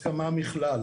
אני מספיק פגוע, הרוס.